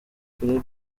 kurega